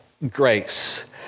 Grace